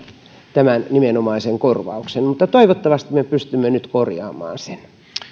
tämän nimenomaisen korvauksen mutta toivottavasti me pystymme nyt korjaamaan sen